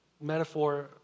metaphor